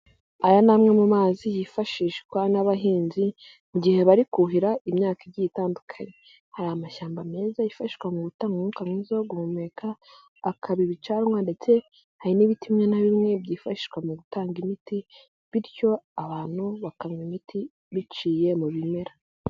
Aya ni amwe mu mazi yifashishwa n'abahinzi mu gihe bari kuhira imyaka igiye itandukanye. Hari amashyamba meza yifashishwa mu gutanga umwuka mwiza wo guhumeka, akaba ibicanwa, ndetse hari n'ibiti bimwe na bimwe byifashishwa mu gutanga imiti, bityo abantu bakanywa imiti biciye mu bimera.